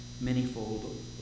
many-fold